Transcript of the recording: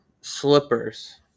Slippers